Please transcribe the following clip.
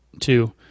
two